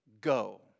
go